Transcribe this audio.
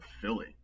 Philly